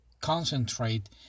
concentrate